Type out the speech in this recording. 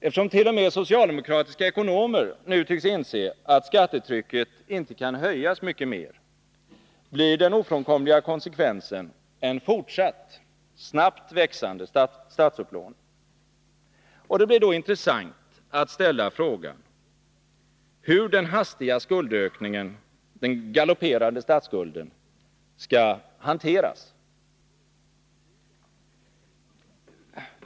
Eftersom t.o.m. socialdemokratiska ekonomer nu tycks inse att skattetrycket inte kan höjas mycket mer, blir den ofrånkomliga konsekvensen en fortsatt snabbt växande statsupplåning. Det blir då intressant att ställa frågan hur den hastiga skuldökningen, den galopperande statsskulden, skall hanteras.